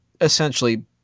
essentially